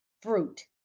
fruit